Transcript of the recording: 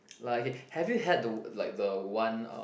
like okay have you had the like the one uh